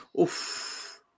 oof